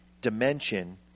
dimension